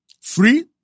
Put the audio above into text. free